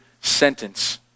sentence